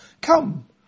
Come